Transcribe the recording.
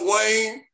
Wayne